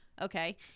Okay